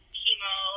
chemo